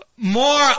more